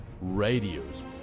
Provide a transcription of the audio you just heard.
radio's